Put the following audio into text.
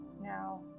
Now